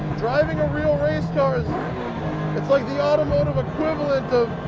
driving a real race car is it's like the automotive equivalent of